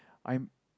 I'm